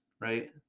Right